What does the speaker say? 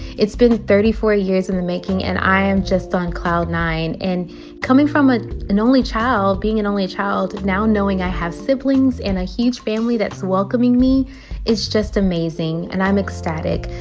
it's been thirty four years in the making, and i am just on cloud nine. and coming from ah an only child, being an only child, now knowing i have siblings and a huge family that's welcoming me is just amazing. and i'm ecstatic.